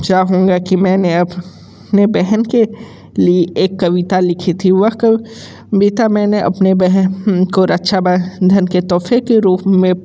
चाहूंगा कि मैं मैं अप अपने बहन के लिए एक कविता लिखी थी वह कविता मैंने अपनी बहन को रक्षाबंधन के तोहफे के रूप में